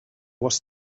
was